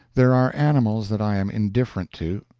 there are animals that i am indifferent to,